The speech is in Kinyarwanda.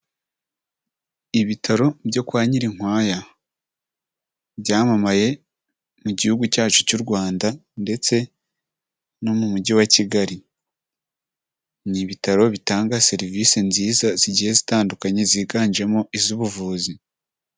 Ibitaro byo kwa Nyirinkwaya byamamaye mu gihugu cyacu cy'u Rwanda ndetse no mu mujyi wa Kigali, ni ibitaro bitanga serivise nziza zigiye zitandukanye ziganjemo iz'ubuvuzi.